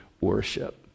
worship